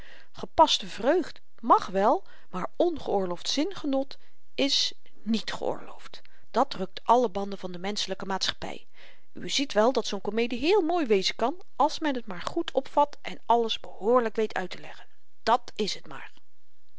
gepaste vreugd màg wel maar ongeoorloofd zingenot is niet geoorloofd dat rukt alle banden van de menschelyke maatschappy uwe ziet wel dat zoo'n komedie heel mooi wezen kan als men t maar goed opvat en alles behoorlyk weet uitteleggen dàt is het maar